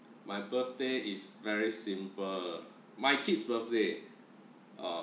my birthday is very simple my kids' birthday ah